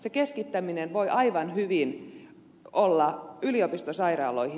se keskittäminen voi aivan hyvin olla yliopistosairaaloihin